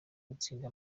gutsinda